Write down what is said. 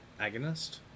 agonist